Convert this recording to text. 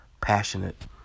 passionate